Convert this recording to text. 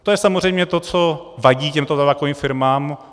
To je samozřejmě to, co vadí těmto tabákovým firmám.